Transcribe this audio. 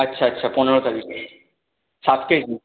আচ্ছা আচ্ছা পনেরো তারিখ সাত কেজি